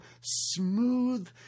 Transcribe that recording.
smooth